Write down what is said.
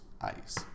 ice